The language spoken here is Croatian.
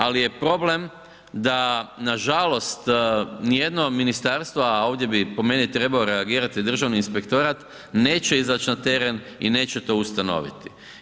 Ali je problem da nažalost nijedno ministarstvo, a ovdje bi po meni trebao reagirati Državni inspektorat neće izać na teren i neće to ustanoviti.